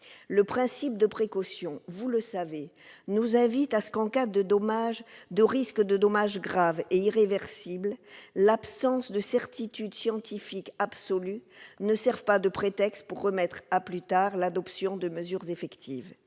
du principe de précaution, il ne faut pas, en présence d'un risque de dommages graves et irréversibles, que l'absence de certitude scientifique absolue serve de prétexte pour remettre à plus tard l'adoption de mesures effectives.